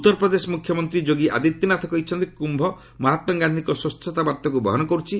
ଉତ୍ତରପ୍ରଦେଶ ମୁଖ୍ୟମନ୍ତ୍ରୀ ଯୋଗୀ ଆଦିତ୍ୟନାଥ କହିଛନ୍ତି କ୍ୟୁ ମହାତ୍ଗା ଗାନ୍ଧିଙ୍କ ସ୍ୱଚ୍ଚତାବାର୍ତ୍ତାକୁ ବହନ କରୁଛି